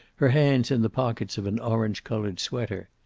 her hands in the pockets of an orange-colored sweater.